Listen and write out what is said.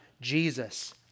Jesus